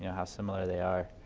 how similar they are.